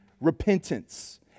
repentance